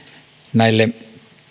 näille